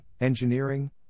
engineering